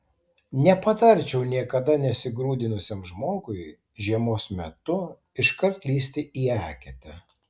nepatarčiau niekada nesigrūdinusiam žmogui žiemos metu iškart lįsti į eketę